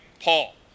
Paul